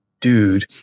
dude